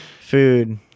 food